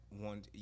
one